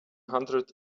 hundred